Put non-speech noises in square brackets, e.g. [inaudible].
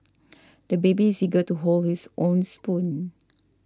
[noise] the baby is eager to hold his own spoon